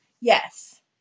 Yes